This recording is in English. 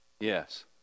Yes